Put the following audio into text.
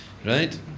Right